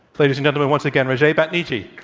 ladies and gentlemen, once again, rajaie batniji.